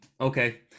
Okay